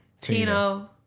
Tino